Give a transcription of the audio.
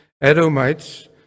Edomites